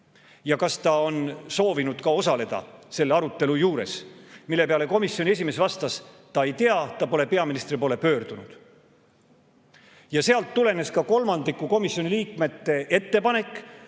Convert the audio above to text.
ja kas ta soovis ka osaleda selle arutelu juures. Selle peale vastas komisjoni esimees, et ta ei tea, ta pole peaministri poole pöördunud. Sellest tulenes ka kolmandiku komisjoni liikmete ettepanek